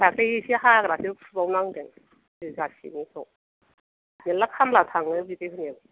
दाख्लै एसे हाग्रासो फुबाव नांदों बिघासेनिखौ मेल्ला खामला थाङो बिदि होनायाव